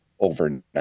overnight